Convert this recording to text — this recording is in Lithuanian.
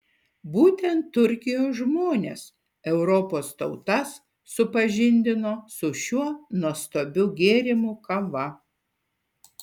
būtent turkijos žmonės europos tautas supažindino su šiuo nuostabiu gėrimu kava